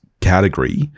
category